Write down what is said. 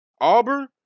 Auburn